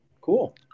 cool